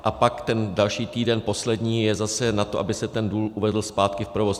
A pak další týden, poslední, je zase na to, aby se ten důl uvedl zpátky v provoz.